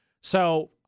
So-